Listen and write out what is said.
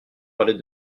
parler